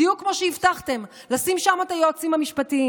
בדיוק כמו שהבטחתם, לשים שם את היועצים המשפטיים.